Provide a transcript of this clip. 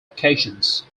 occasions